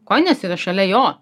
kojinės yra šalia jo